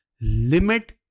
Limit